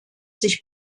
sich